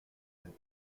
sept